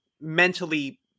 mentally